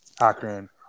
Akron